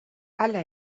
hala